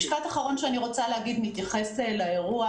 משפט אחרון שאני רוצה להגיד מתייחס לאירוע.